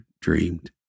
dreamed